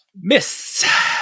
miss